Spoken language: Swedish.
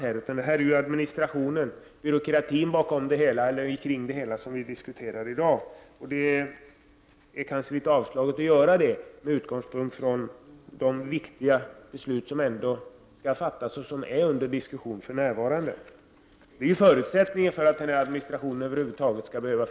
I dag diskuterar vi administrationen och byråkratin som omgärdar jordbruket. Denna debatt kan verka litet avslagen om man ser på de viktiga beslut som skall fattas och som diskuteras för närvarande. Det är en förutsättning för att administrationen över huvud taget skall existera.